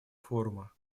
форума